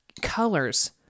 colors